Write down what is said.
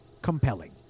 compelling